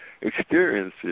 experiences